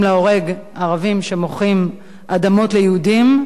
להורג ערבים שמוכרים אדמות ליהודים,